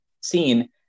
seen